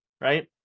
right